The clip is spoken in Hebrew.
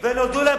נולדו להם